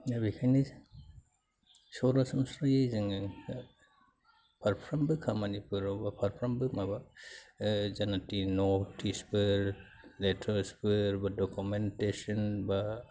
दा बेनिखायनो जों सरासनस्रायै जोङो दा फारफ्रोमबो खामानिफोराव बा फारफ्रोमबो माबा ओ जानोखि न'टिसफोर लेटार्सफोर दकुमेन्टेस'न बा